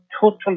total